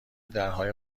درهای